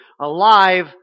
alive